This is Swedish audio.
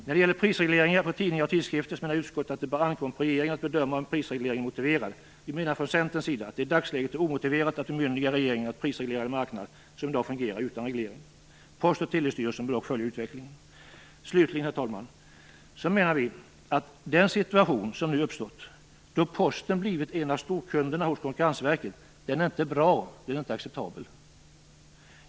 När det gäller prisregleringar på tidningar och tidskrifter säger utskottet: "Det bör vidare ankomma på regeringen att bedöma om en prisreglering på området är motiverad." Vi menar från Centerns sida att det i dagsläget är omotiverat att bemyndiga regeringen att prisreglera en marknad som i dag fungerar utan reglering. Post och telestyrelsen bör dock följa utvecklingen. Slutligen, herr talman, menar vi att den situation som nu uppstått, då Posten blivit en av storkunderna hos Konkurrensverket, inte är bra, den är inte acceptabel.